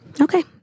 Okay